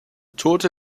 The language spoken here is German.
tote